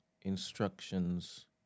instructions